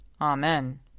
Amen